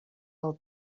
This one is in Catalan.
del